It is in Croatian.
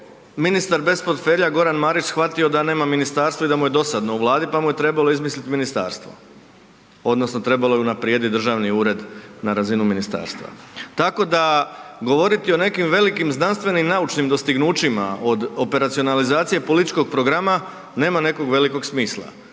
ministar bez portfelja Goran Marić shvatio da nema ministarstvo i da mu je dosadno u vladi, pa mu je trebalo izmislit ministarstvo odnosno trebalo je unaprijediti državni ured na razinu ministarstva. Tako da govoriti o nekim velikim znanstvenim naučnim dostignućima od operacionalizacije političkog programa nema nekog velikog smisla.